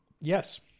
yes